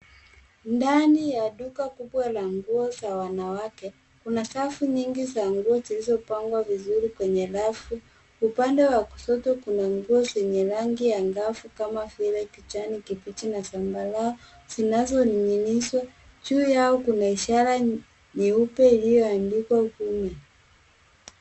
Ndani ya duka kubwa la nguo za wanawake kuna safu nyingi za nguo zilizopangwa vizuri kwenye rafu .Upande wa kushoto kuna nguo zenye rangi angavu kama vile kijani kibichi na zambarau zinazoning'inizwa. Juu yao kuna ishara nyeupe iliyoandikwa women .